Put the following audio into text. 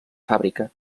fàbrica